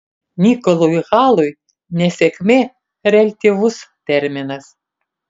nikolui halui nesėkmė reliatyvus terminas